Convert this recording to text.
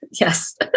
Yes